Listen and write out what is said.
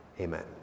Amen